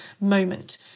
moment